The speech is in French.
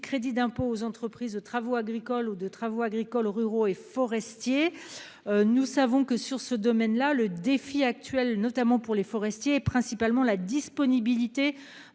crédit d'impôt aux entreprises de travaux agricoles ou de travaux agricoles ruraux et forestiers. Nous savons que sur ce domaine là le défi actuel, notamment pour les forestiers et principalement la disponibilité